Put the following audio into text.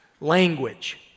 language